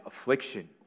affliction